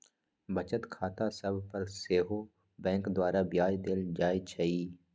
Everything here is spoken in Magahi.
बचत खता सभ पर सेहो बैंक द्वारा ब्याज देल जाइ छइ